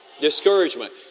discouragement